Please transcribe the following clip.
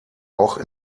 auch